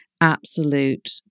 Absolute